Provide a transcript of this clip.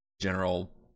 general